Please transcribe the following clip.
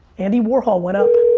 andy warhol went up.